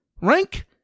rank